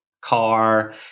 car